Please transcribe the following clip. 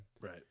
Right